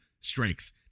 strength